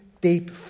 deep